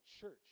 church